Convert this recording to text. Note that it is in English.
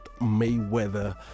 Mayweather